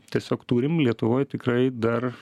tiesiog turim lietuvoj tikrai dar